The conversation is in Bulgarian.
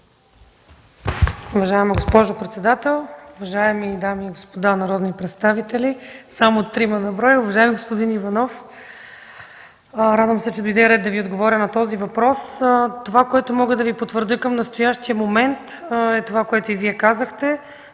Уважаема госпожо председател, уважаеми дами и господа народни представители – само трима на брой! Уважаеми господин Иванов, радвам се, че дойде ред да Ви отговоря на този въпрос. Това, което мога да потвърдя към настоящия момент, а и Вие казахте